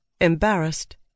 embarrassed